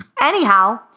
Anyhow